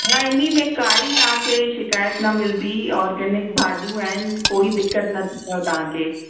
न इन में काई तव्हांखे शिकायत न मिलंदी ऑर्गनिक भाॼियूं आहिनि कोई दिक़त न थींदव तव्हांखे